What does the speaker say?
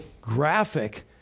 graphic